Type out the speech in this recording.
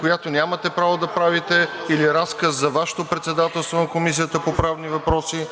която нямате право да правите, или разказ за Вашето председателство на Комисията по правни въпроси?